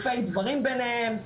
דברים ביניהם,